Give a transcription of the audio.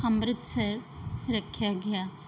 ਅੰਮ੍ਰਿਤਸਰ ਰੱਖਿਆ ਗਿਆ